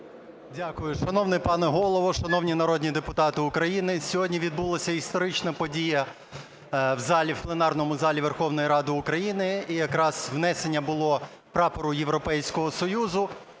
Дякую. Шановний пане Голово, шановні народні депутати України! Сьогодні відбулася історична подія в залі, в пленарному залі Верховної Ради України, і якраз внесення було прапору Європейського Союзу.